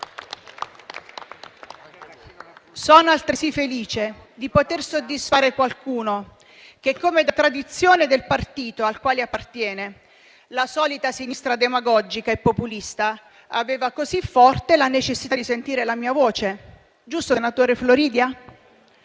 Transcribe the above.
Sono altresì felice di poter soddisfare qualcuno che, come da tradizione del partito al quale appartiene - la solita sinistra demagogica e populista - aveva così forte la necessità di sentire la mia voce. È giusto, senatrice Aurora Floridia?